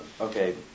Okay